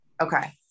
Okay